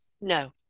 No